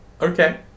Okay